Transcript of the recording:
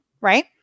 Right